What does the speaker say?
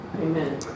Amen